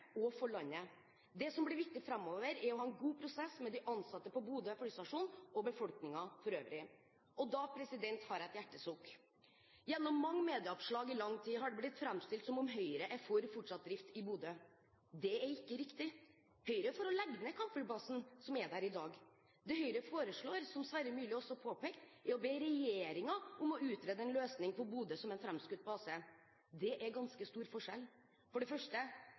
og for landet. Det som blir viktig framover, er å ha en god prosess med de ansatte på Bodø flystasjon og befolkningen for øvrig. Da har jeg et hjertesukk. Gjennom mange medieoppslag i lang tid har det blitt framstilt at Høyre er for fortsatt drift i Bodø. Det er ikke riktig. Høyre er for å legge ned den kampflybasen som er der i dag. Det Høyre – og Kristelig Folkeparti – foreslår, som Sverre Myrli også påpekte, er å be regjeringen om å utrede en løsning for Bodø som en framskutt base. Det er en ganske stor forskjell. For det første: